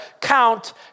count